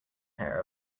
hair